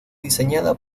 diseñada